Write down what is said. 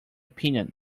opinion